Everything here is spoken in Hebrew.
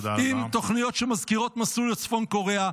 עם תוכניות שמזכירות מסלול לצפון קוריאה,